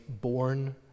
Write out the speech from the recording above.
born